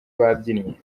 babyinnye